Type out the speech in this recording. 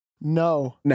No